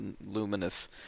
luminous